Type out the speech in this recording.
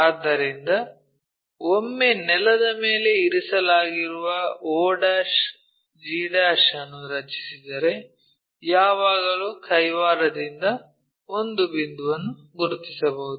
ಆದ್ದರಿಂದ ಒಮ್ಮೆ ನೆಲದ ಮೇಲೆ ಇರಿಸಲಾಗಿರುವ o'g' ಅನ್ನು ರಚಿಸಿದರೆ ಯಾವಾಗಲೂ ಕೈವಾರದಿಂದ ಒಂದು ಬಿಂದುವನ್ನು ಗುರುತಿಸಬಹುದು